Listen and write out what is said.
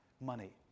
money